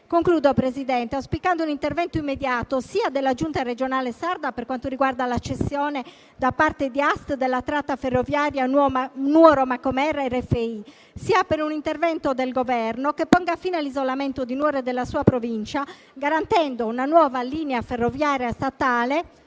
Concludo, signor Presidente, auspicando un intervento immediato sia della Giunta regionale sarda, per quanto riguarda la cessione da parte di ARST della tratta ferroviaria Nuoro-Macomer a RFI, sia del Governo che ponga fine all'isolamento di Nuoro e della sua Provincia, garantendo una nuova linea ferroviaria statale